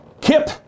Kip